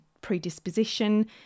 predisposition